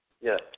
Yes